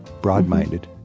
broad-minded